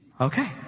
Okay